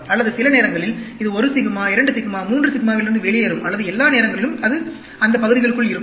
அல்லது சில நேரங்களில் இது 1 சிக்மா 2 சிக்மா 3 சிக்மா விலிருந்து வெளியேறும் அல்லது எல்லா நேரங்களிலும் இது அந்த பகுதிகளுக்குள் இருக்கும்